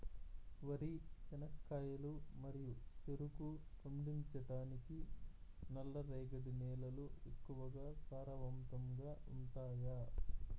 వరి, చెనక్కాయలు మరియు చెరుకు పండించటానికి నల్లరేగడి నేలలు ఎక్కువగా సారవంతంగా ఉంటాయా?